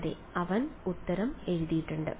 അതെ അവൻ ഉത്തരം എഴുതിയിട്ടുണ്ട്